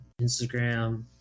Instagram